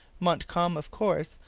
montcalm, of course,